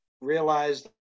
realized